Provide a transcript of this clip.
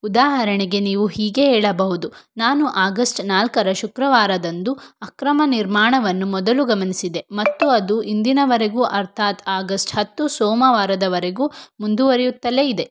ಉದಾಹರಣೆಗೆ ನೀವು ಹೀಗೆ ಹೇಳಬಹುದು ನಾನು ಆಗಸ್ಟ್ ನಾಲ್ಕರ ಶುಕ್ರವಾರದಂದು ಅಕ್ರಮ ನಿರ್ಮಾಣವನ್ನು ಮೊದಲು ಗಮನಿಸಿದೆ ಮತ್ತು ಅದು ಇಂದಿನವರೆಗೂ ಅರ್ಥಾತ್ ಆಗಸ್ಟ್ ಹತ್ತು ಸೋಮವಾರದವರೆಗೂ ಮುಂದುವರೆಯುತ್ತಲೇ ಇದೆ